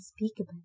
unspeakable